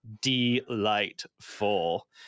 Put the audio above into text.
delightful